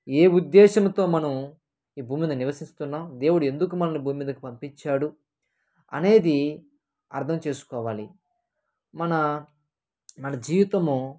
ఏ ఉద్దేశ్యముతో మనం ఈ భూమి మీద నివసిస్తున్నాం దేవుడు ఎందుకు మనల్ని భూమి మీదకు పంపించాడు అనేది అర్థం చేసుకోవాలి మన మన జీవితము